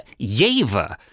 Yeva